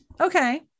Okay